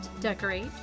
decorate